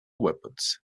weapons